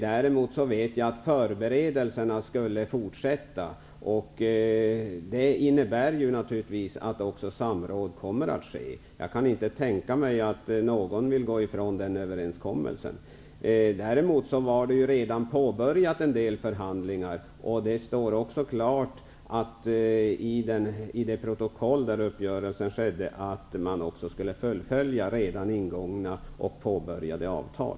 Däremot vet jag att förberedelserna skulle fortsätta. Det innebär givetvis att samråd kommer att ske. Jag kan inte tänka mig att någon vill gå ifrån den överenskommelsen. Däremot var en del förhandlingar redan påbörjade. Det står klart i det protokoll där uppgörelsen redovisas att man skulle fullfölja redan ingångna och påbörjade avtal.